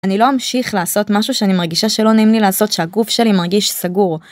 אני לא אמשיך לעשות משהו שאני מרגישה שלא נעים לי לעשות שהגוף שלי מרגיש סגור.